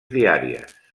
diàries